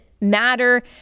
matter